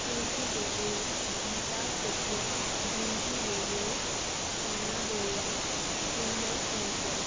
শিল্পী গগৈ বিকাশ চেতিয়া ডিম্পী গগৈ ছায়া বৰুৱা চিন্ময় শইকীয়া